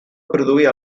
produir